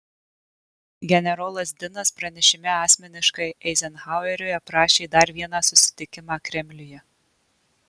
generolas dinas pranešime asmeniškai eizenhaueriui aprašė dar vieną susitikimą kremliuje